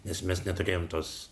nes mes neturėjom tos